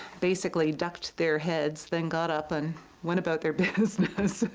basically ducked their heads, then got up and went about their business.